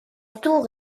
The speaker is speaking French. tour